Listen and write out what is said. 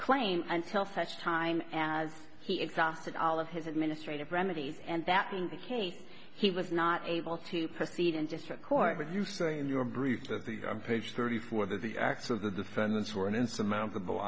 claim until such time as he exhausted all of his administrative remedies and that being the case he was not able to proceed and just record what you say in your brief that the i'm page thirty four that the acts of the defendants were an insurmountable